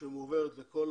שמועברת לכל